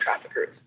traffickers